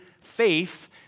faith